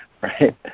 right